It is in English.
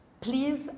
Please